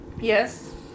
yes